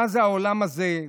מה זה העולם הזה.